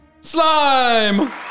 Slime